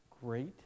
great